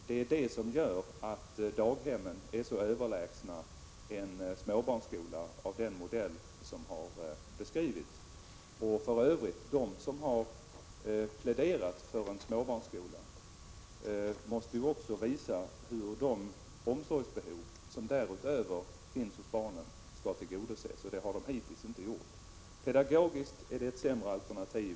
Det är det som gör att daghemmen är så överlägsna en småbarnsskola av den modell som har beskrivits. De som pläderar för en småbarnsskola måste för övrigt också visa hur de barnomsorgsbehov som därutöver finns skall tillgodoses, men det har de hittills inte gjort. Pedagogiskt är småbarnsskolan ett sämre alternativ.